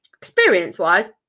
Experience-wise